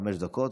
חמש דקות.